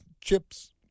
chips